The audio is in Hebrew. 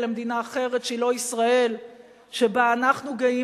למדינה אחרת שהיא לא ישראל שבה אנחנו גאים